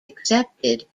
accepted